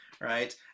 right